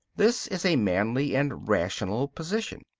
this is a manly and rational position,